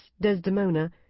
Desdemona